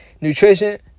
nutrition